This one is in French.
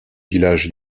village